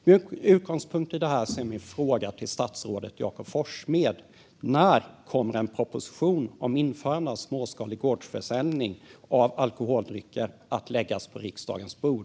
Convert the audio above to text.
Med utgångspunkt i detta är min fråga till statsrådet Jakob Forssmed: När kommer en proposition om införande av småskalig gårdsförsäljning av alkoholdrycker att läggas på riksdagens bord?